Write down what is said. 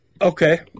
Okay